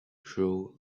throw